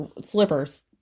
slippers